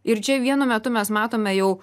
ir čia vienu metu mes matome jau